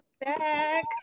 back